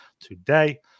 today